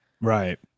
Right